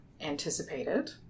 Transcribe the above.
anticipated